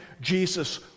Jesus